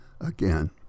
again